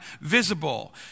visible